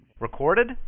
Recorded